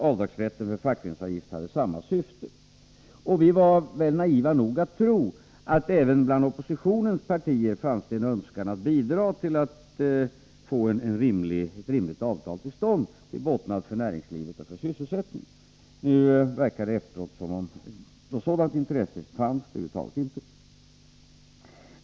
Avdragsrätten för fackföreningsavgifter hade samma syfte. Vi var väl naiva nog att tro att det även bland oppositionens partier fanns en önskan att bidra till att få ett rimligt avtal till stånd till båtnad för näringslivet och för sysselsättningen. Nu efteråt verkar det som om något sådant intresse över huvud taget inte fanns.